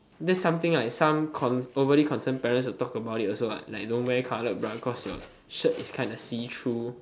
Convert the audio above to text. that's something like some con~ overly concerned parents would talk about it also what like don't wear coloured bra cause your shirt is kinda see through